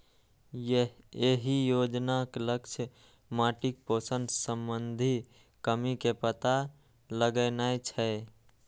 एहि योजनाक लक्ष्य माटिक पोषण संबंधी कमी के पता लगेनाय छै